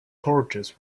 torches